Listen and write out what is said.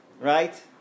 right